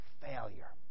failure